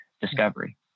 discovery